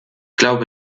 glaube